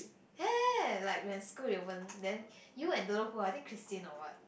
have like when school reopen then you and don't know who ah I think Christine or what